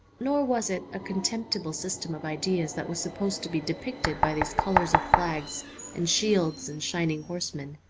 nor was it a contemptible system of ideas that was supposed to be depicted by these colours of flags and shields and shining horsemen.